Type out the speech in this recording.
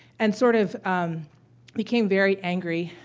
and sort of became very angry.